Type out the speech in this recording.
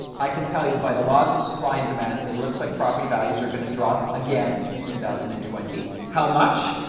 i can tell you by the laws of supply and demand, it looks like property values are gonna drop again in two thousand and twenty. how much?